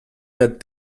that